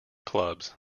clubs